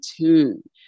tune